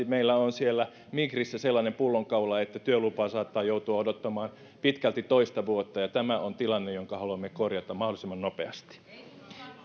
meillä on migrissä sellainen pullonkaula että työlupaa saattaa joutua odottamaan pitkälti toista vuotta ja tämä on tilanne jonka haluamme korjata mahdollisimman nopeasti